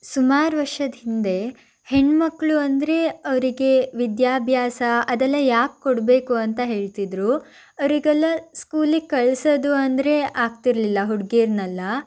ಸುಮಾರು ವರ್ಷದ ಹಿಂದೆ ಹೆಣ್ಣುಮಕ್ಕಳು ಅಂದರೆ ಅವರಿಗೆ ವಿದ್ಯಾಭ್ಯಾಸ ಅದೆಲ್ಲ ಯಾಕೆ ಕೊಡಬೇಕು ಅಂತ ಹೇಳ್ತಿದ್ರು ಅವರಿಗೆಲ್ಲ ಸ್ಕೂಲಿಗೆ ಕಳ್ಸೋದು ಅಂದರೆ ಆಗ್ತಿರ್ಲಿಲ್ಲ ಹುಡ್ಗೀರ್ನೆಲ್ಲ